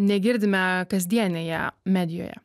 negirdime kasdienėje medijoje